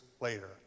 later